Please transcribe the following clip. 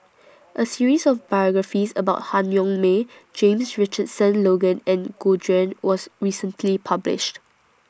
A series of biographies about Han Yong May James Richardson Logan and Gu Juan was recently published